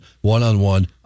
One-on-one